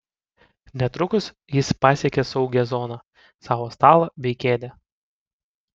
netrukus jis pasiekė saugią zoną savo stalą bei kėdę